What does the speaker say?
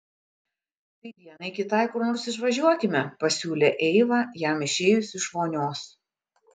tai dienai kitai kur nors išvažiuokime pasiūlė eiva jam išėjus iš vonios